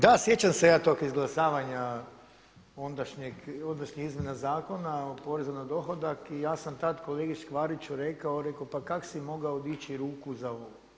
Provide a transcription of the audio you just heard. Da sjećam se ja tog izglasavanja ondašnjih izmjena Zakona o porezu na dohodak i ja sam tad kolegi Škvariću rekao reko pa kako si mogao dići ruku za ovo?